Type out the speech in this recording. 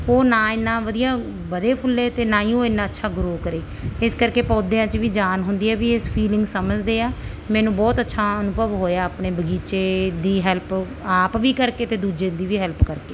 ਉਹ ਨਾ ਇੰਨਾ ਵਧੀਆ ਵਧੇ ਫੁੱਲੇ ਅਤੇ ਨਾ ਹੀ ਉਹ ਇੰਨਾ ਅੱਛਾ ਗਰੋ ਕਰੇ ਇਸ ਕਰਕੇ ਪੌਦਿਆਂ 'ਚ ਵੀ ਜਾਨ ਹੁੰਦੀ ਹੈ ਵੀ ਇਸ ਫੀਲਿੰਗ ਸਮਝਦੇ ਆ ਮੈਨੂੰ ਬਹੁਤ ਅੱਛਾ ਅਨੁਭਵ ਹੋਇਆ ਆਪਣੇ ਬਗੀਚੇ ਦੀ ਹੈਲਪ ਆਪ ਵੀ ਕਰਕੇ ਅਤੇ ਦੂਜੇ ਦੀ ਵੀ ਹੈਲਪ ਕਰਕੇ